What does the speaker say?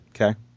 Okay